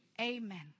Amen